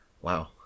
Wow